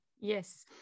Yes